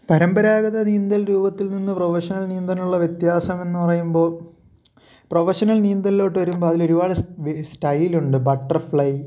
പരമ്പരാഗത നീന്തൽ രൂപത്തിൽ നിന്ന് പ്രൊവശനൽ നീന്താനുള്ള വ്യത്യാസമെന്ന് പറയുമ്പോൾ പ്രൊവശനൽ നീന്തലോട്ട് വരുമ്പോൾ അതിലൊരുപാട് സ് വെ സ്റ്റൈലുണ്ട് ബട്ടർഫ്ളൈ